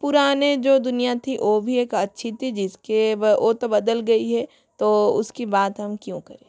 पुरानी जो दुनिया थी वो भी एक अच्छी थी जिस के वो तो बदल गई है तो उसकी बात हम क्यों करें